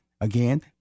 Again